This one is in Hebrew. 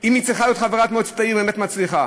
אם היא צריכה להיות חברת מועצת עיר באמת מצליחה?